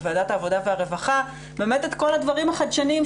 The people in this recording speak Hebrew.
בוועדת העבודה והרווחה באמת את כל הדברים החדשניים,